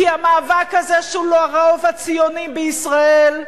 כי המאבק הזה של הרוב הציוני בישראל,